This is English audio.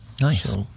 Nice